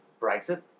Brexit